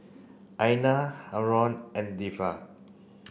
Aina Haron and Dhia